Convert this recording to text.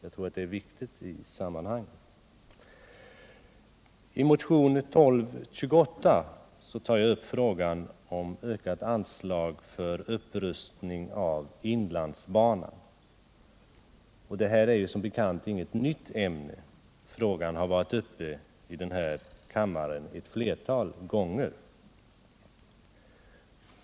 I motionen 1228 tar jag upp frågan om ökat anslag för upprustning av inlandsbanan. Detta är som bekant inget nytt ämne; frågan har varit uppe i den här kammaren ett flertal gånger.